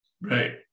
right